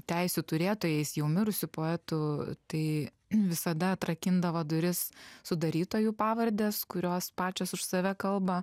teisių turėtojais jau mirusių poetų tai visada atrakindavo duris sudarytojų pavardės kurios pačios už save kalba